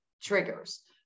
triggers